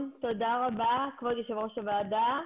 תודה רבה כבוד יושב ראש הוועדה.